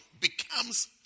becomes